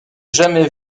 jamais